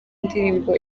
indirimbo